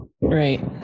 right